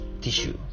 tissue